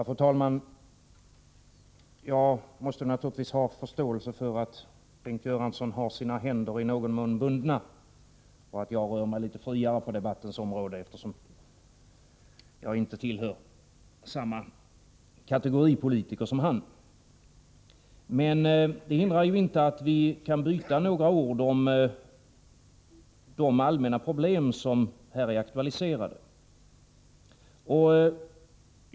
Fru talman! Jag måste naturligtvis ha förståelse för att Bengt Göransson har sina händer i någon mån bundna. Jag är ju litet friare på debattens område, eftersom jag inte tillhör samma kategori av politiker som han. Det hindrar inte att vi kan byta några ord om de allmänna problem som här är aktualiserade.